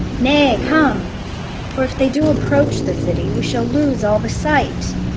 nay, come for if they do approach the city we shall lose all the sight.